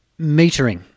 metering